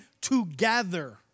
together